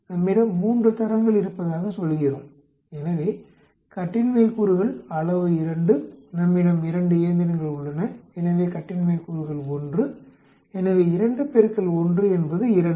நம்மிடம் 3 தரங்கள் இருப்பதாகச் சொல்கிறோம் எனவே கட்டின்மை கூறுகள் அளவு 2 நம்மிடம் 2 இயந்திரங்கள் உள்ளன எனவே கட்டின்மை கூறுகள் 1 எனவே 2 1 என்பது 2